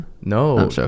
no